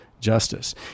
justice